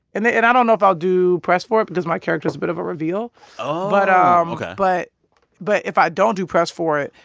and i don't know if i'll do press for it because my character is a bit of a reveal oh, but um ok but but if i don't do press for it,